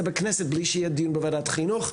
בכנסת בלי שיהיה דיון בוועדת החינוך,